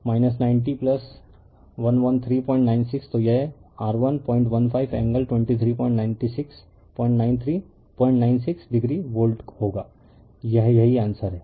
refer slide time 2857 तो 9011396 तो यह R1015 एंगल 2396 डिग्री वोल्ट होगा यह यही आंसर है